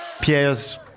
Pierre's